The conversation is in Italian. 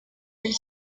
del